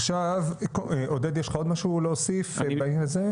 עכשיו, עודד יש לך עוד משהו להוסיף בעניין הזה?